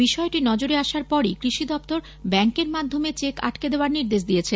বিষয়টি নজরে আসার পরই কৃষকদের ব্যাঙ্কের মাধ্যমে চেক আটকে দেওয়ার নির্দেশ দিয়েছে